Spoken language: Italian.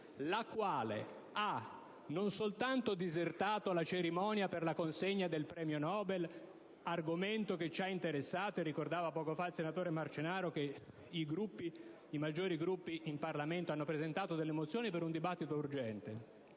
la quale non soltanto ha disertato la cerimonia per la consegna del premio Nobel, argomento che ci ha interessato (come ricordava poco fa il senatore Marcenaro, i maggiori Gruppi parlamentari hanno presentato delle mozioni per un dibattito urgente),